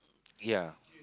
ya